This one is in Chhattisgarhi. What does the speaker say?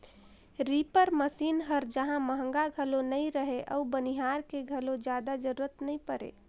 रीपर मसीन हर जहां महंगा घलो नई रहें अउ बनिहार के घलो जादा जरूरत नई परे